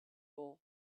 bowl